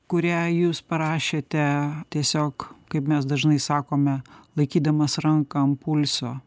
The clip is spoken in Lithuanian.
kurią jūs parašėte tiesiog kaip mes dažnai sakome laikydamas ranką ant pulso